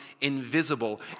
invisible